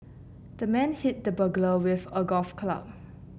the man hit the burglar with a golf club